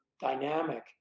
dynamic